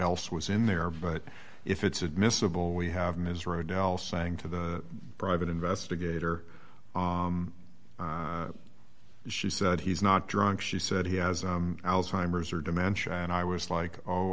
else was in there but if it's admissible we have ms rodel saying to the private investigator she said he's not drunk she said he has alzheimer's or dementia and i was like oh